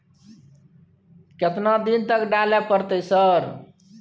केतना दिन तक डालय परतै सर?